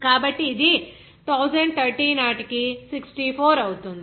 కాబట్టి ఇది 1030 నాటికి 64 అవుతుంది